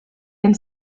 den